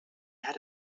had